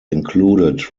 included